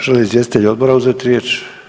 Žele li izvjestitelji odbora uzet riječ?